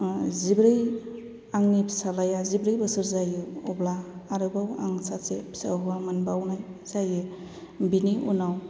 आङो जिब्रै आंनि फिसालाया जिब्रै बैसो जायो अब्ला आरोबाव आं सासे फिसा हौवा मोनबावनाय जायो बिनि उनाव